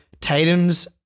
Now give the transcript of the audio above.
Tatum's